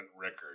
record